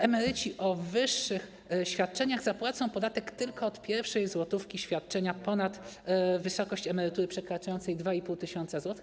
Emeryci o wyższych świadczeniach zapłacą podatek tylko od pierwszej złotówki świadczenia ponad wysokość emerytury przekraczającej 2,5 tys. zł.